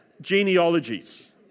genealogies